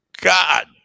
God